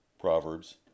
Proverbs